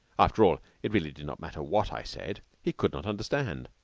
after all, it really did not matter what i said. he could not understand.